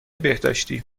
بهداشتی